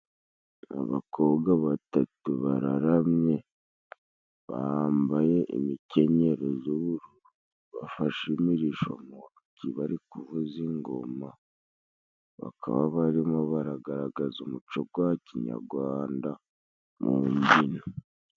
Abakobwa batatu bararamye bambaye imikenyero z'ubururu, bafashe imirisho mu ntoki bari kuvuza ingoma, bakaba barimo baragaragaza umuco gwa kinyagwanda mu mbyino.